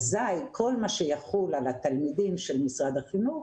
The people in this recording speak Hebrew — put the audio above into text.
אזי כל מה שיחול על התלמידים של משרד החינוך,